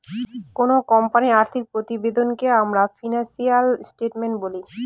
কোনো কোম্পানির আর্থিক প্রতিবেদনকে আমরা ফিনান্সিয়াল স্টেটমেন্ট বলি